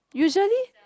usually